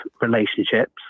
relationships